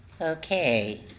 Okay